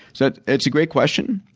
so, it is a great question.